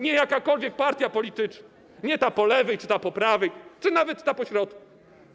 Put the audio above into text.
Nie jakakolwiek partia polityczna, nie ta po lewej czy ta po prawej, czy nawet ta pośrodku.